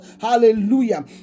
hallelujah